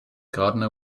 gardner